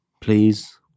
please